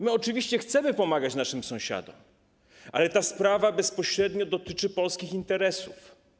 My oczywiście chcemy pomagać naszym sąsiadom, ale ta sprawa bezpośrednio dotyczy polskich interesów.